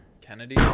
Kennedy